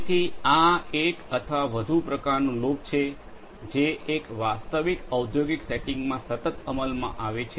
તેથી આ એક અથવા વધુ પ્રકારનું લૂપ છે જે એક વાસ્તવિક ઔદ્યોગિક સેટિંગમાં સતત અમલમાં આવે છે